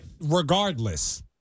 regardless